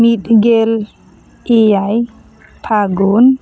ᱢᱤᱫ ᱜᱮᱞ ᱮᱭᱟᱭ ᱯᱷᱟᱹᱜᱩᱱ